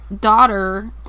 daughter